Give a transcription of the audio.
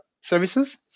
services